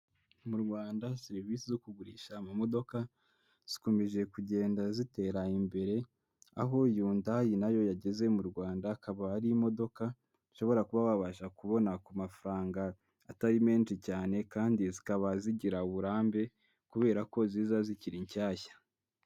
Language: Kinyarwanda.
Mu Rwanda serivisi zo kugurisha amamodoka zikomeje kugenda zitera imbere, aho Yundayi nayo yageze mu Rwanda, akaba ari imodoka zishobora kuba wabasha kubona ku mafaranga atari menshi cyane kandi zikaba zigira uburambe kubera ko ziza zikiri nshyashya.